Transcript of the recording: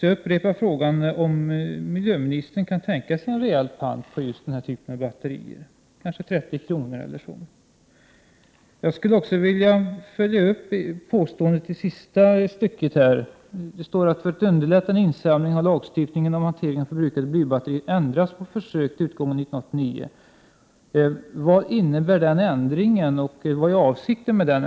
Jag upprepar frågan om miljöministern kan tänka sig en rejäl pant på denna typ av batterier, kanske 30 kr. Jag vill också följa upp påståendet i det sista stycket i svaret, där det står: ”För att underlätta en insamling har lagstiftningen om hanteringen av förbrukade blybatterier ändrats på försök till utgången av år 1989.” Vad innebär den ändringen, och vad är avsikten med den?